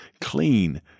clean